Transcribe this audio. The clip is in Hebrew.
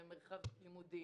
במרחב לימודי,